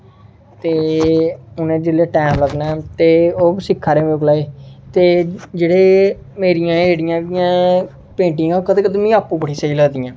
ते उ'नें जेल्लै टैम लग्गना ते ओह् सिक्खा दे मेरे कोला ते जेह्डे़ मेरियां एह् जेह्ड़ियां पेंटिंगां कदें कदें मिगी आपूं बडी स्हेई लगदियां